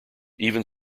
even